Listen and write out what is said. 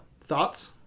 Thoughts